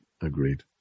Agreed